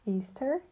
Easter